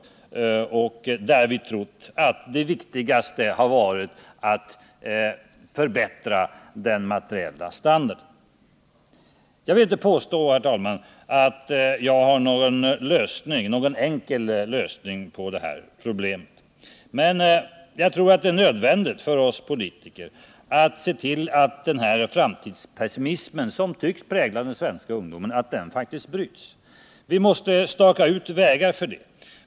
Och vi har trott att det viktigaste varit att förbättra den materiella standarden. Jag vill inte påstå att jag har någon enkel lösning på problemet. Men jag tror att det är nödvändigt för oss politiker att se till att den framtidspessimism som tycks prägla den svenska ungdomen faktiskt bryts. Vi måste staka ut vägar för det.